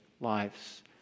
lives